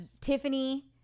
Tiffany